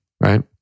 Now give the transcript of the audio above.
Right